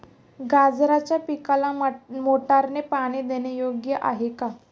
गाजराच्या पिकाला मोटारने पाणी देणे योग्य आहे का?